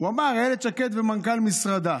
הוא אמר: אילת שקד ומנכ"ל משרדה.